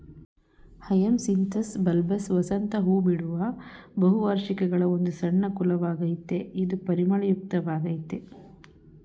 hyacinthus bulbous ವಸಂತ ಹೂಬಿಡುವ ಬಹುವಾರ್ಷಿಕಗಳ ಒಂದು ಸಣ್ಣ ಕುಲವಾಗಯ್ತೆ ಇದು ಪರಿಮಳಯುಕ್ತ ವಾಗಯ್ತೆ